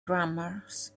grammars